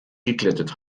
geglättet